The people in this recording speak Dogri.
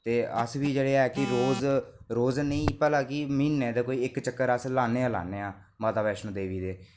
ते अस बी रोज रोज नेईं पर म्हीना दा कोई इक चक्कर अस लाने गै लाने आं माता वैष्णो देवी दे